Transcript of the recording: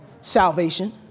salvation